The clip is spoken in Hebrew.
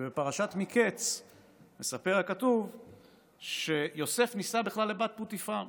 בפרשת מקץ מספר הכתוב שיוסף נישא בכלל לבת פוטיפר.